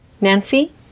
nancy